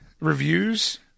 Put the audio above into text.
reviews